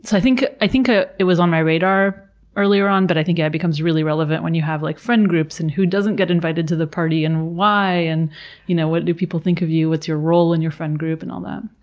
so i think i think ah it was on my radar earlier on but i think yeah it becomes really relevant when you have like friend groups, and who doesn't get invited to the party, and why, and you know, what do people think of you, what's your role in your friend group, and all that.